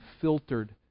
filtered